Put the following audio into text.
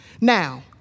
Now